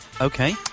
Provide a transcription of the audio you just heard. Okay